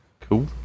cool